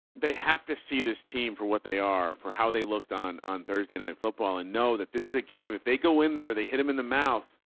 they have to see this team for what they are for how they looked on on thursday night football and know that this is a game. if they go in there, they hit him in the mouth.